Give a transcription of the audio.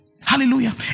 Hallelujah